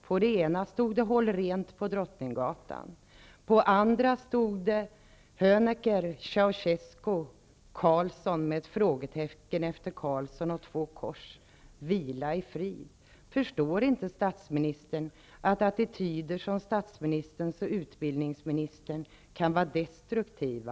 På det ena plakatet stod: Håll rent på Honecker, Ceausescu, Carlsson. Efter Carlsson fanns ett frågetecken, två kors och texten Vila i frid. Förstår inte statsministern att attityder som statsministerns och utbildningsministerns kan vara destruktiva?